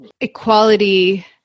equality